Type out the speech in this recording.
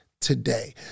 today